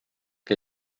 que